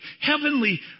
heavenly